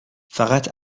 فقط